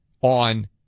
On